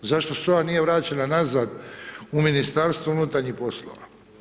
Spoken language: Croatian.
Zašto SOA nije vraćena nazad u Ministarstvo unutarnjih poslova?